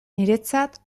niretzat